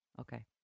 Okay